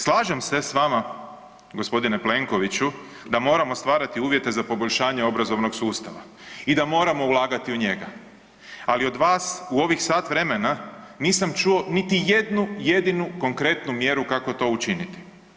Slažem se s vama gospodine Plenkoviću da moramo stvarati uvjete za poboljšanje obrazovnog sustava i da moramo ulagati u njega, ali od vas u ovih sat vremena nisam čuo niti jednu jedinu konkretnu mjeru kako to učiniti.